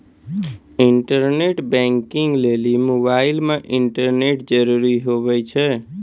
internet banking लेली mobile मे internet जरूरी हुवै छै